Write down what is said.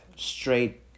Straight